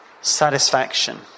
satisfaction